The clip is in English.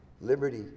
liberty